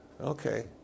Okay